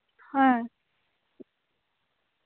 ᱦᱮᱸ